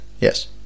Yes